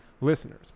listeners